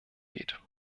geht